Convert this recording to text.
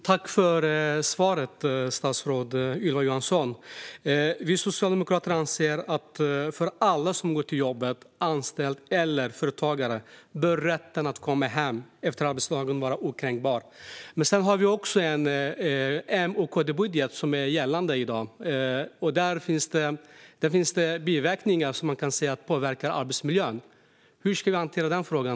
Fru talman! Tack, statsrådet Ylva Johansson, för svaret! Vi socialdemokrater anser att för alla som går till jobbet, anställda eller företagare, bör rätten att komma hem efter arbetsdagen vara okränkbar. Sedan har vi också en M-KD-budget som är gällande i dag. Där finns det biverkningar som påverkar arbetsmiljön. Hur ska vi hantera den frågan?